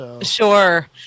Sure